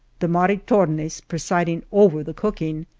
the maritornes presiding over the cooking.